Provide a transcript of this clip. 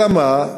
אלא מה?